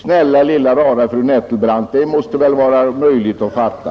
Snälla lilla rara fru Nettelbrandt: Det måste väl vara möjligt att fatta!